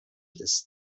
ist